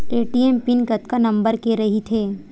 ATM PIN कतका number के रही थे?